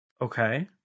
Okay